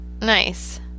Nice